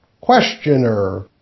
Questioner